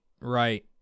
Right